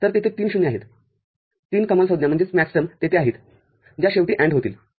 तर तेथे तीन ० आहेततीन कमालसंज्ञा तेथे आहेत ज्या शेवटी AND होतील